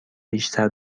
بیشتر